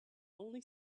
only